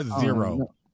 zero